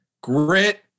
grit